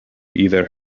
either